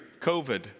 COVID